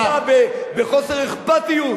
צדק שנעשה בחוסר אכפתיות,